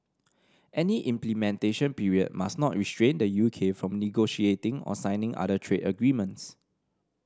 any implementation period must not restrain the U K from negotiating or signing other trade agreements